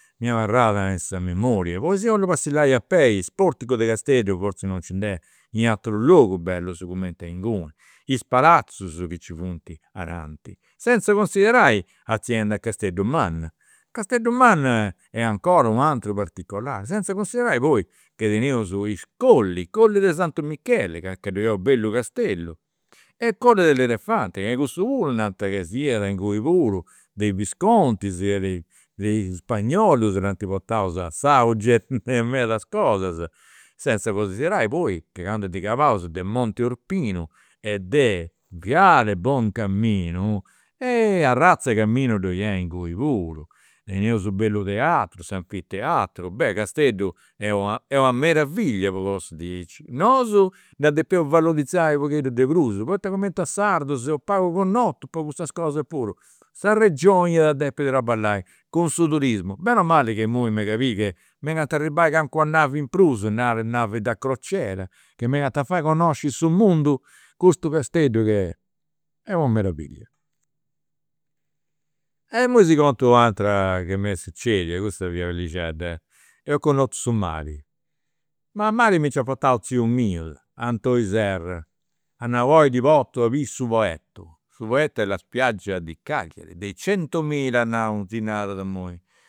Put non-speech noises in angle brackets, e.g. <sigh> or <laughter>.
Mi est abarrada in sa memoria. Poi si 'ollu passillai a pei is porticus de Casteddu forzis non nci nd'est in aturu logu bellus cumenti inguni. Is palazus chi nci funt ananti, senza considerai <unintelligible> a Casteddu manna, Casteddu manna est 'ncora u' ateru particolari, senza considerai poi che teneus i colli, colli de santu Micheli, ca ddoi est u' bellu castellu, e colle dell'elefante, chi cussu puru nant chi siat inguni puru de i' viscontis e de <hesitation> de is spagnolus, nd'ant portau a s'auge <laughs> medas cosas, senza considerai poi che candu ndi calaus de Monte Urpinu e de Viale Buoncaminu <hesitation> arrazz'e caminu ddoi est inguni puru. Teneus u' bellu teatru, s'Anfiteatru. <hesitation> Casteddu est <hesitation> est una meravillia po cosas diaici. Nosu dda depeus valorizai u' pagheddu de prus, poita cumenti a sardus seus pagu connotus po custas cosas puru. Sa regioni iat depi traballai cun su turismu, meno mali ca imui mega a biri che megant arribai calincuna navi in prus, <hesitation> navi da crociera, che megant a fai connosci su mundu custu Casteddu chi est una meravillia. E <unintelligible> si contu u' atera che m'est succedia, custa fiat bellixedda. Eus connotu su mari. Ma a mari mi nc'iat portau tziu miu, Antoni Serra, a nau, oi ti portu a biri su Poetto. Su Poetto è la spiaggia di Cagliari, dei centomila a nau, si narat imui